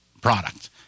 product